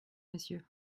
monsieur